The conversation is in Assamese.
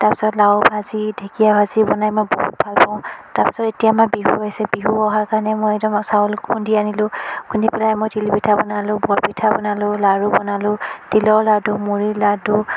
তাৰ পাছত লাও ভাজি ঢেঁকীয়া ভাজি বনাই মই বহুত ভাল পাওঁ তাৰ পাছত এতিয়া আমাৰ বিহু আহিছে বিহু অহাৰ কাৰণে মই একদম আৰু চাউল খুন্দি আনিলোঁ খুন্দি পেলাই মই তিল পিঠা বনালোঁ বৰ পিঠা বনালোঁ লাড়ু বনালোঁ তিলৰ লাডু মুৰিৰ লাডু